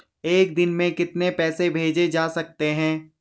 एक दिन में कितने पैसे भेजे जा सकते हैं?